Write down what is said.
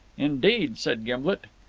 indeed! said gimblet.